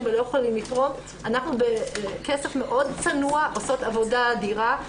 ולא יכולים לתרום אנחנו בכסף מאוד צנוע עושות עבודה אדירה.